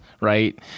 right